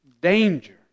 danger